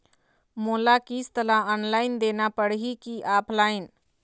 मोला किस्त ला ऑनलाइन देना पड़ही की ऑफलाइन?